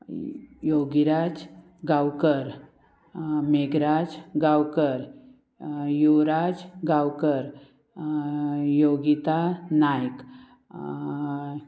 Yogiraj Gaonkar Meghraj Gaonkar Yuvraj Gaonkar Yogita Naik